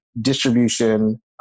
distribution